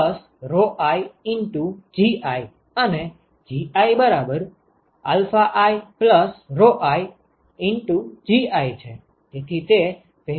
તેથી તે પહેલાથી ગણતરી કરેલ છે